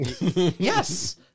Yes